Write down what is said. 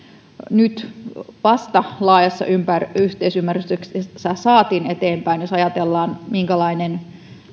nyt vasta laajassa yhteisymmärryksessä saatiin eteenpäin jos ajatellaan minkälainen